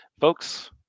Folks